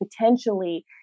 potentially